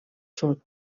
sud